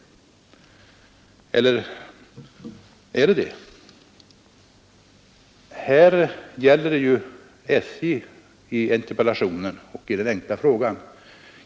Eller är det så? I interpellationen och i den enkla frågan gäller det ju SJ.